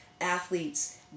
athletes